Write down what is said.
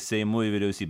seimu ir vyriausybe